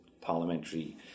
parliamentary